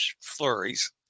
flurries